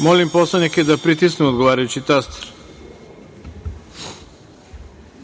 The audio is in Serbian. Molim narodne poslanike da pritisnu odgovarajući